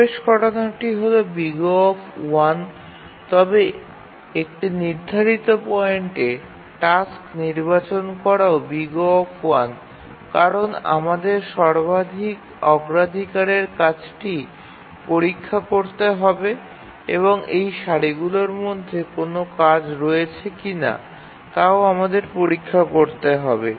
প্রবেশ করানোটি হল O তবে একটি নির্ধারিত পয়েন্টে টাস্ক নির্বাচন করাও O কারণ আমাদের সর্বাধিক অগ্রাধিকারের কাজটি পরীক্ষা করতে হবে এবং এই সারিগুলির মধ্যে কোনও কাজ রয়েছে কিনা তাও আমাদের পরীক্ষা করতে হবে